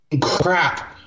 crap